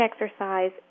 exercise